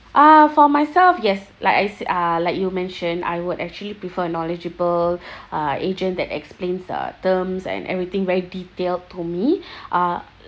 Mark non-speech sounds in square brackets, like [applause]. uh for myself yes like I s~ uh like you mention I would actually prefer knowledgeable [breath] uh agent that explains uh terms and everything very detailed to me [breath] uh